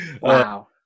wow